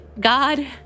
God